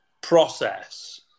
process